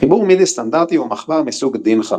חיבור מידי סטנדרטי הוא מחבר מסוג DIN5.